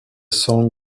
song